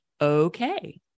okay